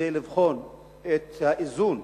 כדי לבחון את האיזון